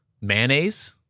Mayonnaise